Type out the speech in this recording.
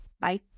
bye